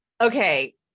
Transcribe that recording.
Okay